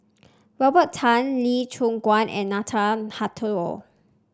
Robert Tan Lee Choon Guan and Nathan Hartono